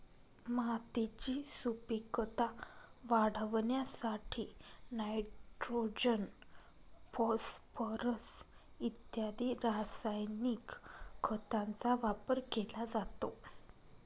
मातीची सुपीकता वाढवण्यासाठी नायट्रोजन, फॉस्फोरस इत्यादी रासायनिक खतांचा वापर केला जातो